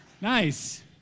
Nice